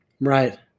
right